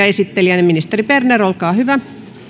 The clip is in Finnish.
esittelijänä ministeri berner olkaa hyvä